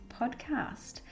podcast